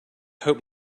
hope